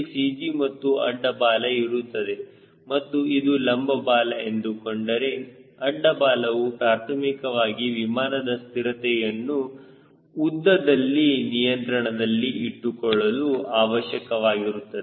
G ಮತ್ತು ಅಡ್ಡ ಬಾಲ ಇರುತ್ತದೆ ಮತ್ತು ಇದು ಲಂಬ ಬಾಲ ಎಂದುಕೊಂಡರೆ ಅಡ್ಡ ಬಾಲವು ಪ್ರಾಥಮಿಕವಾಗಿ ವಿಮಾನದ ಸ್ಥಿರತೆಯನ್ನು ಉದ್ದದಲ್ಲಿ ನಿಯಂತ್ರಣದಲ್ಲಿ ಇಟ್ಟುಕೊಳ್ಳಲು ಅವಶ್ಯಕವಾಗಿರುತ್ತದೆ